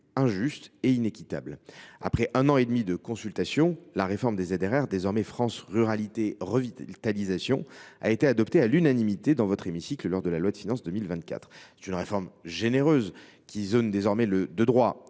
injustes et inéquitables. Après un an et demi de consultation, la réforme des ZRR, devenues le dispositif France Ruralités Revitalisation, a été adoptée à l’unanimité dans votre hémicycle lors de l’examen de la loi de finances pour 2024. C’est une réforme généreuse, qui zone désormais de droit